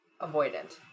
avoidant